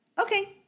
okay